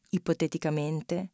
ipoteticamente